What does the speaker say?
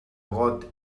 got